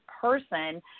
person